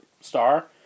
star